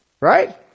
Right